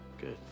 Good